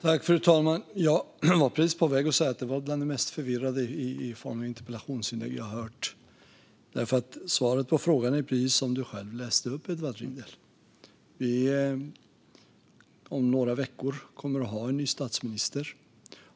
Fru talman! Jag var precis på väg att säga att det var det mest förvirrade i form av interpellationsinlägg som jag har hört, för svaret på frågan är precis det som Edward Riedl själv läste upp. Om några veckor kommer vi att ha en ny statsminister.